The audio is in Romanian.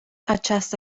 aceasta